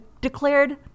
declared